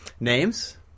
Names